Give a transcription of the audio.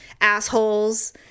assholes